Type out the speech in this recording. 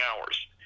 hours